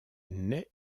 naît